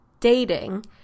dating